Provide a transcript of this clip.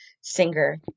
singer